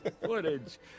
footage